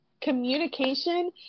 Communication